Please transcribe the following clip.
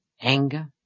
Anger